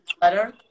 better